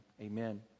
Amen